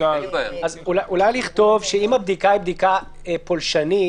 אולי נכתוב שאם הבדיקה היא פולשנית,